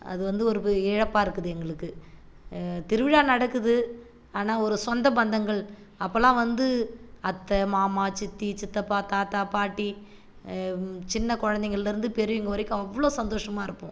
அது வந்து ஒரு ப இழப்பாக இருக்குது எங்களுக்கு திருவிழா நடக்குது ஆனால் ஒரு சொந்தபந்தங்கள் அப்போலாம் வந்து அத்த மாமா சித்தி சித்தப்பா தாத்தா பாட்டி சின்னக் குழந்தைங்கள்லருந்து பெரியவங்க வரைக்கும் அவ்வளோ சந்தோசமாக இருப்போம்